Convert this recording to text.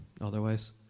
otherwise